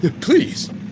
Please